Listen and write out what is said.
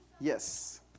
Yes